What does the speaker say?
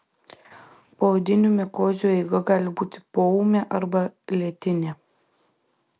poodinių mikozių eiga gali būti poūmė arba lėtinė